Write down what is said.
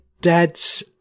dad's